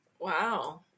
wow